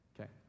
okay